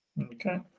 okay